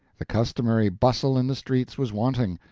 the customary bustle in the streets was wanting.